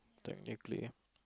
technically